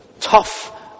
tough